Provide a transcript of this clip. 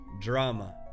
drama